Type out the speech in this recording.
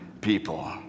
people